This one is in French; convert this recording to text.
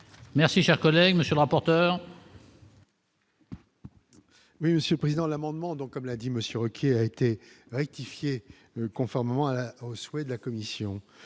Merci, chers collègues, monsieur le rapporteur.